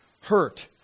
Hurt